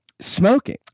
smoking